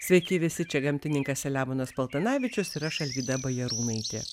sveiki visi čia gamtininkas selemonas paltanavičius ir aš alvyda bajarūnaitė